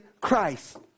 Christ